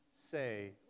say